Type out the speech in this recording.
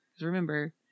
remember